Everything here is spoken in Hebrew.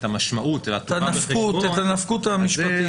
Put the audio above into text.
המשמעות --- את הנפקות המשפטית.